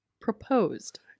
proposed